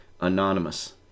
Anonymous